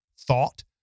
Thought